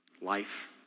life